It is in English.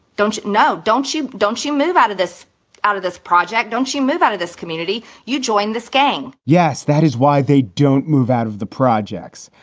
don't you know. don't you don't you move out of this out of this project. don't you move out of this community. you join this gang yes. that is why they don't move out of the projects.